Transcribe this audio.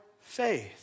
faith